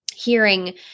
hearing